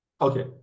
Okay